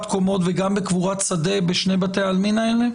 קומות וגם בקבורת שדה בשני בתי העלמין האלה?